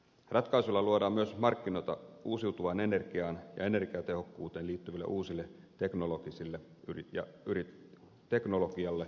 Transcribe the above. ratkaisulla luodaan myös markkinoita uusiutuvaan energiaan ja energiatehokkuuteen liittyville uusille teknologioille ja yrityksille